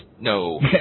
No